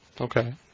Okay